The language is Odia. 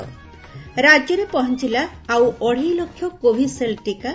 ରାକ୍ୟରେ ପହଞିଲା ଆଉ ଅଢ଼େଇଲକ୍ଷ କୋଭିସିଲ୍ଡ ଟିକା